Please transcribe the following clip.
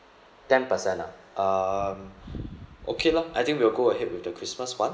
ten percent ah um okay lor I think we will go ahead with the christmas [one]